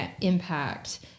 impact